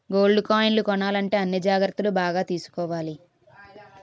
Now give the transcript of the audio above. gold కాయిన్లు కొనాలంటే అన్ని జాగ్రత్తలు బాగా తీసుకోవాలి